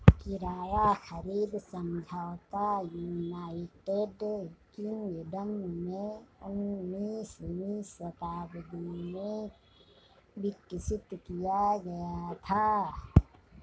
किराया खरीद समझौता यूनाइटेड किंगडम में उन्नीसवीं शताब्दी में विकसित किया गया था